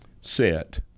set